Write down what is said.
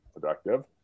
productive